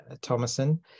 Thomason